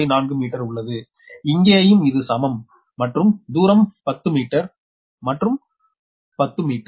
4 metre உள்ளது இங்கேயும் இது சமம் மற்றும் தூரம் 10 மீட்டர் மற்றும் 10 மீட்டர்